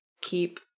keep